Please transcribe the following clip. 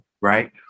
right